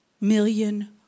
million